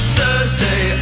Thursday